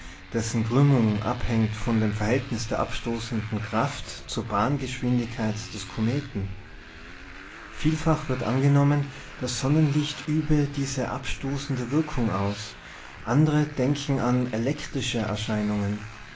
dessen krümmung abhängt von dem verhältnis der abstoßenden kraft zur bahngeschwindigkeit des kometen vielfach wird angenommen das sonnenlicht übe diese abstoßende wirkung aus andre denken an elektrische erscheinungen